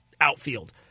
outfield